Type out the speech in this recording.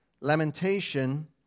lamentation